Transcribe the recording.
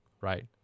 right